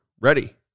Ready